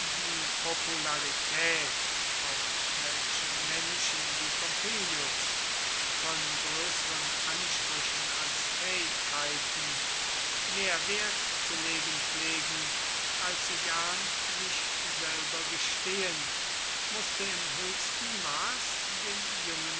die popularität auf welche menschen wie pompeius von größeren ansprüchen als fähigkeiten mehr wert zu legen pflegen als sie gern sich selber gestehen mußte im höchsten maß dem jungen